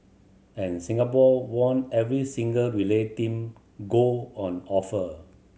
and Singapore won every single relay team gold on offer